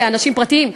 כאנשים פרטיים,